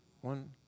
One